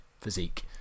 physique